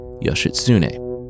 Yoshitsune